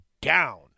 down